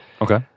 Okay